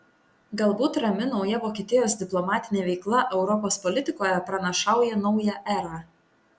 galbūt rami nauja vokietijos diplomatinė veikla europos politikoje pranašauja naują erą